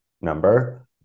number